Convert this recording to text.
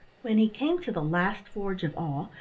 when he came to the last forge of all,